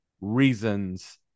reasons